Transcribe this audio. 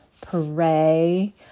pray